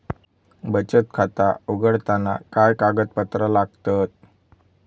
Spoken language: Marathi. बचत खाता उघडताना काय कागदपत्रा लागतत?